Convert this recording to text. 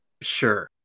Sure